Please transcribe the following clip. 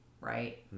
right